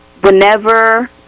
whenever